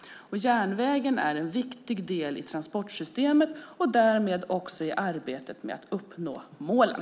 Järnvägen är en viktig del i transportsystemet och därmed också i arbetet med att uppnå målen.